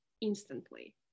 instantly